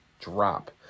drop